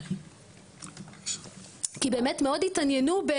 כי באמת מאוד התעניינו.